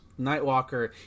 Nightwalker